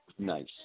Nice